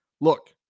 Look